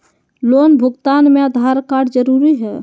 Loan भुगतान में Aadhaar card जरूरी है?